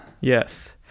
Yes